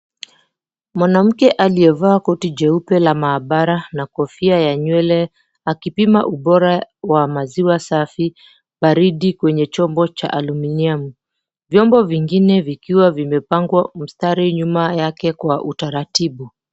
Mwanamke aliyevaa koti jeupe la maabara na kofia ya nywele akipima ubora wa maziwa safi baridi kwenye chombo cha aluminium . Vyombo vingine vikiwa vimepangwa mstari nyuma yake kwa utaratibu.